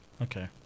Okay